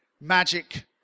magic